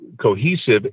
cohesive